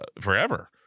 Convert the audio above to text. forever